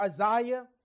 Isaiah